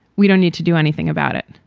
we don't need to do anything about it.